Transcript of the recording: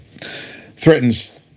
threatens